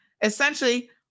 Essentially